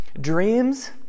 dreams